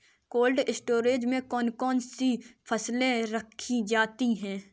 Cold storage में कौन कौन सी फसलें रखी जाती हैं?